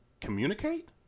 Communicate